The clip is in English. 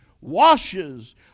washes